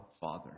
Father